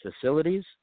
facilities